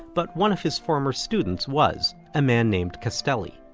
but one of his former students was, a man named castelli.